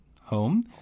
home